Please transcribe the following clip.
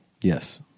Yes